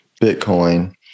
Bitcoin